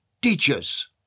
teachers